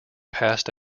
passed